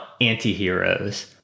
antiheroes